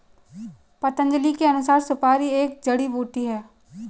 पतंजलि के अनुसार, सुपारी एक जड़ी बूटी है